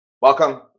Welcome